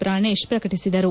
ಪ್ರಾಚೇಶ್ ಪ್ರಕಟಿಸಿದರು